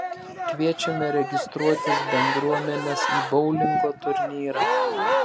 kviečiame registruotis bendruomenes į boulingo turnyrą